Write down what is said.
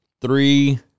Three